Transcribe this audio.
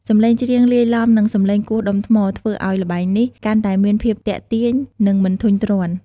សំឡេងច្រៀងលាយឡំនឹងសំឡេងគោះដុំថ្ម ធ្វើឱ្យល្បែងនេះកាន់តែមានភាពទាក់ទាញ និងមិនធុញទ្រាន់។